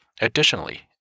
Additionally